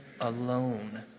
alone